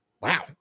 Wow